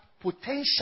potential